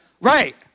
Right